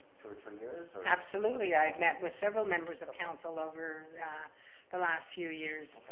two or three years or? absolutely, i've met with several members of council over the last few years.